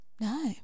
no